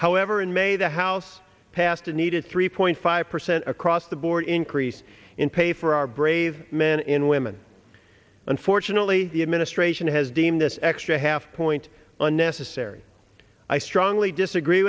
however in may the house passed a needed three point five percent across the board increase in pay for our brave men and women unfortunately the administration has deemed this extra half point unnecessary i strongly disagree